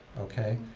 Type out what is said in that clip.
okay?